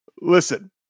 Listen